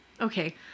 Okay